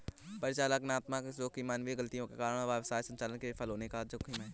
परिचालनात्मक जोखिम मानवीय गलतियों के कारण व्यवसाय संचालन के विफल होने का जोखिम है